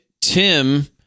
Tim